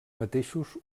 mateixos